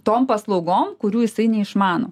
tom paslaugom kurių jisai neišmano